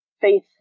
faith